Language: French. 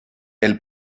elle